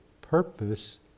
purpose